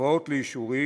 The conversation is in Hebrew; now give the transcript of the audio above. המובאות לאישורי